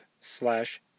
slash